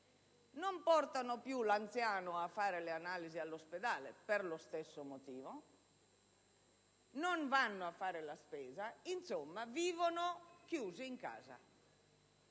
non portano più l'anziano a fare le analisi all'ospedale, per lo stesso motivo; e non vanno a fare la spesa; insomma, vivono chiuse in casa.